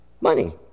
money